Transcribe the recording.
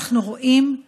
אנחנו רואים,